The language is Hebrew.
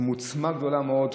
עם עוצמה גדולה מאוד,